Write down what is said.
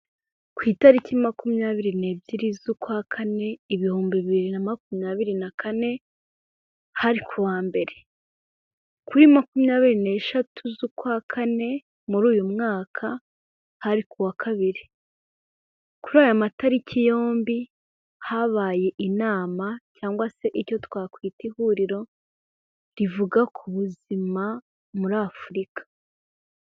Ku itariki makumyabiri n'ebyiri z'ukwa kane ibihumbi bibiri na makumyabiri na kane, hari ku wa Mbere. Kuri makumyabiri n'eshatu z'ukwa Kane muri uyu mwaka, hari ku wa Kabiri. Kuri aya matariki yombi habaye inama cyangwa se icyo twakwita ihuriro, rivuga ku buzima muri Afurika.